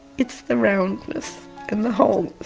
it's the roundness in the holes.